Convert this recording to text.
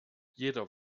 jeder